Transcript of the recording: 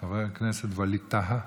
חבר הכנסת ווליד טאהא,